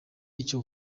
icyo